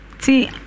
See